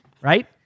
right